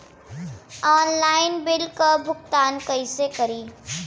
Online bill क भुगतान कईसे करी?